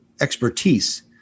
expertise